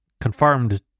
confirmed